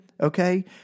okay